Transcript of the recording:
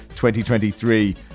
2023